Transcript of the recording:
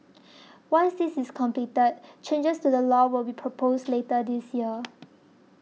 once this is completed changes to the law will be proposed later this year